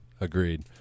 agreed